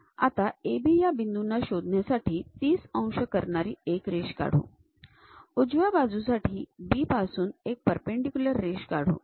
आता AB या बिंदूंना शोधण्यासाठी ३० अंश कोन करणारी एक रेष काढू उजव्या बाजूसाठी B पासून एक परपेंडीक्युलर रेष काढू